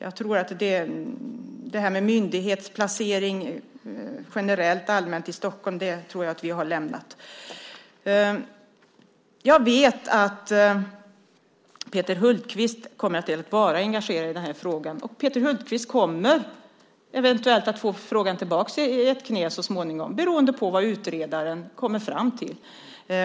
Att generellt placera myndigheter i Stockholm tror jag att vi har lämnat. Jag vet att Peter Hultqvist kommer att fortsätta vara engagerad i den här frågan, och Peter Hultqvist kommer eventuellt att få frågan tillbaka i sitt knä så småningom, beroende på vad utredaren kommer fram till.